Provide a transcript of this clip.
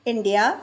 India